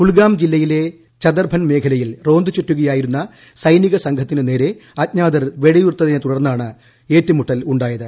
കുൽഗാം ജില്ലയിലെ ചദ്ദർഭൻ മേഖലയിൽ റോന്തുചുറ്റുകയായിരുന്ന സൈനിക സംഘത്തിനു നേരെ അജ്ഞാതർ വെടിയുതിർത്തിനെ തുടർന്നാണ് ഏറ്റുമുട്ടൽ ഉണ്ടായത്